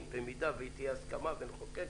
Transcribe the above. אם תהיה הסכמה ונחוקק,